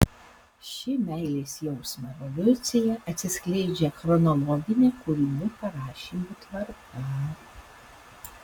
ši meilės jausmo evoliucija atsiskleidžia chronologine kūrinių parašymo tvarka